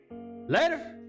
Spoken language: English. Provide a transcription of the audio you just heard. Later